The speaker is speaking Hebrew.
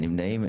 אין נמנעים?